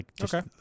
Okay